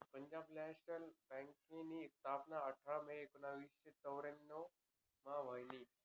Punjab National बँकनी स्थापना आठरा मे एकोनावीसशे चौर्यान्नव मा व्हयनी